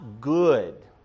good